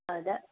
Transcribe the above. ꯑꯗꯨꯗ